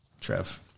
Trev